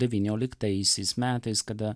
devynioliktaisiais metais kada